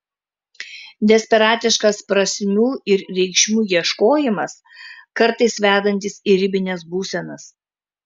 desperatiškas prasmių ir reikšmių ieškojimas kartais vedantis į ribines būsenas